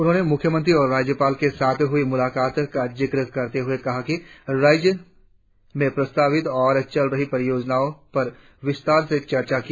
उन्होंने मुख्यमंत्री और राज्यपाल के साथ हुई मुलाकात का जिक्र करते हुए कहा कि राज्य में प्रस्तावित और चल रही परियोजनाओं पर विस्तार से चर्चा की